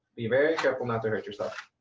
be very careful not to hurt yourself.